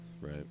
right